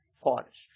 forest